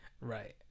Right